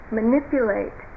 manipulate